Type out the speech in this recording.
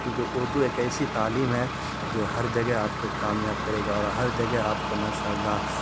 کیونکہ اردو ایک ایسی تعلیم ہے جو ہر جگہ آپ کو کامیاب کرے گا اور ہر جگہ آپ کو ماشاء اللہ